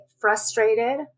frustrated